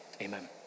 amen